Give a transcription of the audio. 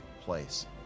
place